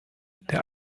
der